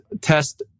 test